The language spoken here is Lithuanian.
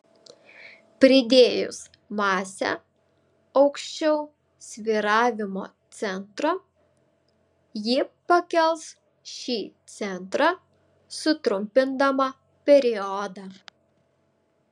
pridėjus masę aukščiau svyravimo centro ji pakels šį centrą sutrumpindama periodą